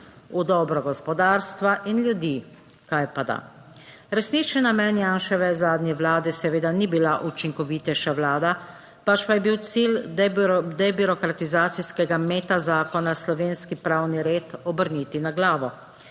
v dobro gospodarstva in ljudi, kajpada. Resnični namen Janševe zadnje vlade seveda ni bila učinkovitejša vlada, pač pa je bil cilj debirokratizacijskega meta zakona slovenski pravni red obrniti na glavo.